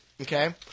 okay